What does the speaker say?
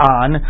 on